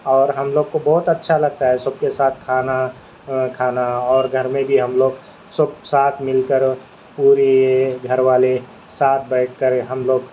اور ہم لوگ کو بہت اچھا لگتا ہے سب کے ساتھ کھانا کھانا اور گھر میں بھی ہم لوگ سب ساتھ مل کر پوری گھر والے ساتھ بیٹھ کر ہم لوگ